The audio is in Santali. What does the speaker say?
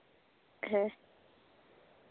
ᱦᱮᱸ